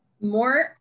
More